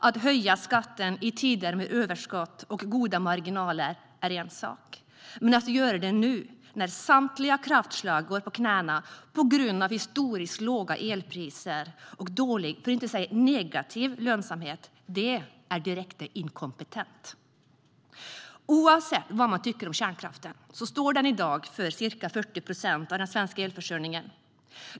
Att höja skatten i tider med överskott och goda marginaler är en sak. Men att göra det när samtliga kraftslag går på knäna på grund av historiskt låga elpriser och dålig, för att inte säga negativ, lönsamhet är direkt inkompetent. Oavsett vad man tycker om kärnkraften står den i dag för ca 40 procent av den svenska elförsörjningen.